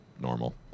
normal